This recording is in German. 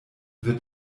wird